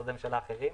משרדי הממשלה האחרים.